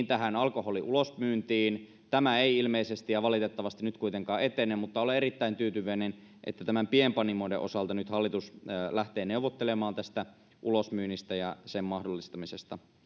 tähän alkoholin ulosmyyntiin tämä ei ilmeisesti ja valitettavasti nyt kuitenkaan etene mutta olen erittäin tyytyväinen että pienpanimoiden osalta nyt hallitus lähtee neuvottelemaan tästä ulosmyynnistä ja sen mahdollistamisesta